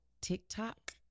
TikTok